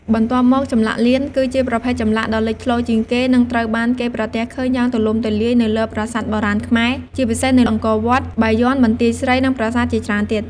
បន្ទាប់មក ចម្លាក់លៀន គឺជាប្រភេទចម្លាក់ដ៏លេចធ្លោជាងគេ និងត្រូវបានគេប្រទះឃើញយ៉ាងទូលំទូលាយនៅលើប្រាសាទបុរាណខ្មែរ ជាពិសេសនៅអង្គរវត្ត បាយ័ន បន្ទាយស្រី និងប្រាសាទជាច្រើនទៀត។